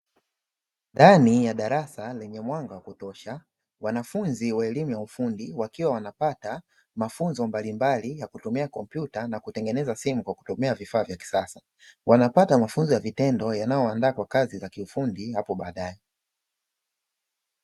Ndani ya darasa lenye mwanga wa kutosha wanafunzi wa elimu ya ufundi wakiwa wanapata mafunzo mbalimbali ya kutumia kompyuta na kutengeneza simu kwa kutumia vifaa vya kisasa. Wanapata mafunzo ya vitendo yanayowandaa kwa kazi za kiufundi hapo baadaye.